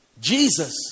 Jesus